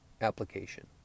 application